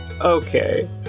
okay